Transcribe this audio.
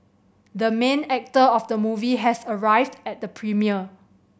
the main actor of the movie has arrived at the premiere